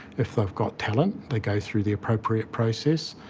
if they've got talent, they go through the appropriate process.